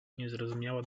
niezrozumiała